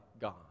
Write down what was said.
God